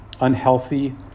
unhealthy